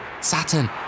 Saturn